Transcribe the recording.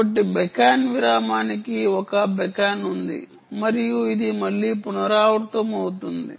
కాబట్టి బెకన్ విరామానికి ఒక బెకన్ ఉంది మరియు ఇది మళ్ళీ పునరావృతమవుతుంది